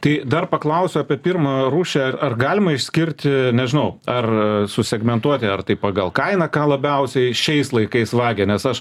tai dar paklausiu apie pirmą rūšį ar ar galima išskirti nežinau ar susegmentuoti ar tai pagal kainą ką labiausiai šiais laikais vagia nes aš